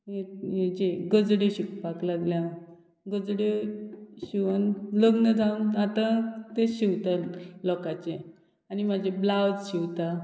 हे हेचे गजडी शिकपाक लागल्या हांव गजड्यो शिवोन लग्न जावन आतां तें शिवता लोकांचे आनी म्हाजे ब्लावज शिंवता